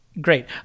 Great